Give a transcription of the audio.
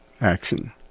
action